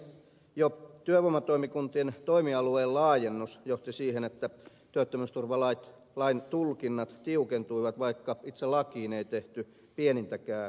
jo työvoimatoimikuntien toimialueen laajennus johti siihen että työttömyysturvalain tulkinnat tiukentuivat vaikka itse lakiin ei tehty pienintäkään muutosta